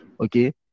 okay